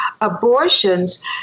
abortions